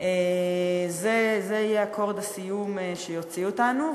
זה יהיה אקורד הסיום שיוציא אותנו.